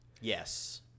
Yes